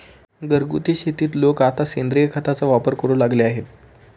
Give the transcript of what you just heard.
घरगुती शेतीत लोक आता सेंद्रिय खताचा वापर करू लागले आहेत